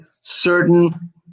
certain